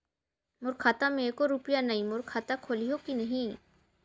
मोर खाता मे एको रुपिया नइ, मोर खाता खोलिहो की नहीं?